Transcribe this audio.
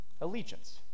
Allegiance